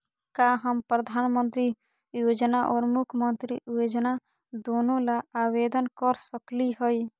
का हम प्रधानमंत्री योजना और मुख्यमंत्री योजना दोनों ला आवेदन कर सकली हई?